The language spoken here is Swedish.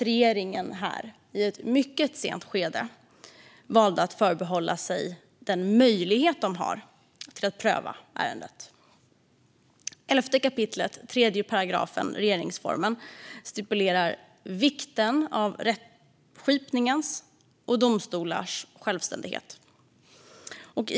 Regeringen valde i ett mycket sent skede att förbehålla sig den möjlighet som finns att pröva ärendet. I 11 kap. 3 § regeringsformen stipuleras vikten av domstolars självständighet i rättsskipningen.